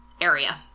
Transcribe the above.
area